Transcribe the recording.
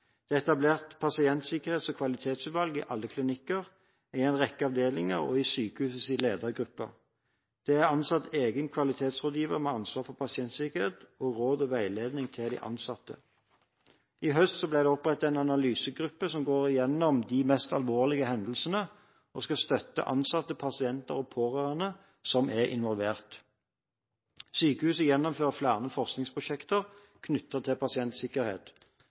Det er etablert pasientsikkerhets- og kvalitetsutvalg i alle klinikker, i en rekke avdelinger og i sykehusets ledergruppe. Det er ansatt egne kvalitetsrådgivere med ansvar for pasientsikkerhet og råd og veiledning til de ansatte. I høst ble det opprettet en analysegruppe som går gjennom de mest alvorlige hendelsene, og som skal støtte ansatte, pasienter og pårørende som er involvert. Sykehuset gjennomfører flere forskningsprosjekter knyttet til pasientsikkerhet.